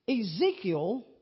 Ezekiel